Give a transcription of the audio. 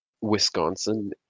Wisconsin